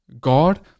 God